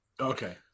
Okay